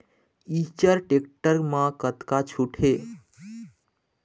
Eicher tractor म कतका छूट हे?